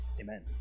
Amen